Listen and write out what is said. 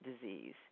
disease